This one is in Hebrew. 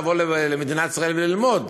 לבוא למדינת ישראל וללמוד.